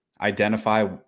identify